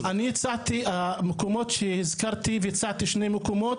הצעתי שני מקומות.